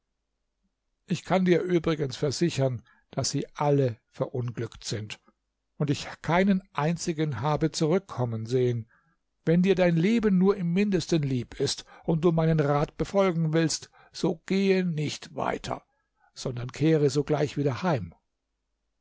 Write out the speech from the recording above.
ich kann dir übrigens versichern daß sie alle verunglückt sind und ich keinen einzigen habe zurückkommen sehen wenn dir dein leben nur im mindesten lieb ist und du meinen rat befolgen willst so gehe nicht weiter sondern kehre sogleich wieder heim